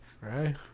Right